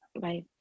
bye